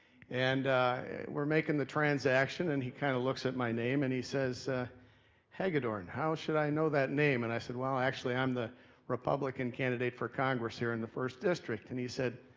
and ah we're making the transaction and he kinda looks at my name and he says hagedorn, how should i know that name? and i said, well, actually, i'm the republican candidate for congress here in the first district. and he said,